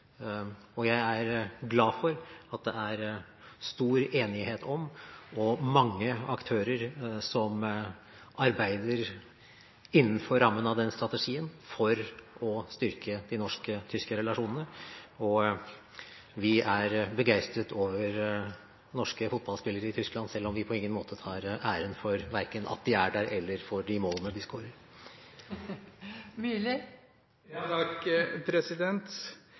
Jeg er glad for at det er stor enighet om den strategien, og at det er mange aktører som arbeider innenfor rammen av den strategien, for å styrke de norsk-tyske relasjonene. Og vi er begeistret over norske fotballspillere i Tyskland, selv om vi på ingen måte tar æren for verken at de er der, eller for de målene de